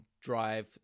drive